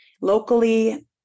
locally